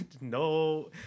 no